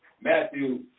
Matthew